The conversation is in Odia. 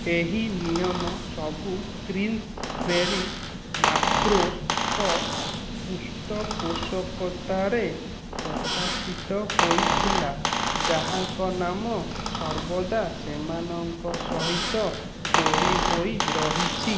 ଏହି ନିୟମ ସବୁ କ୍ୱିନ୍ସବେରୀ ମାର୍କ୍ୱେସ ଙ୍କ ପୃଷ୍ଠ ପୋଷକତା ରେ ପ୍ରକାଶିତ ହୋଇଥିଲା ଯାହାଙ୍କ ନାମ ସର୍ବଦା ସେମାନଙ୍କ ସହିତ ଯୋଡ଼ିହୋଇ ରହିଛି